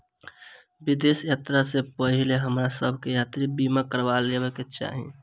विदेश यात्रा सॅ पहिने हमरा सभ के यात्रा बीमा करबा लेबाक चाही